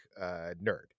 nerd